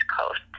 Coast